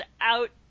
out